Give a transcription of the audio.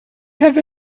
have